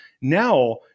Now